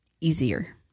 easier